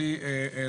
המשטרה.